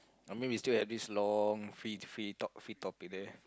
I mean we still at this long free free talk free topic there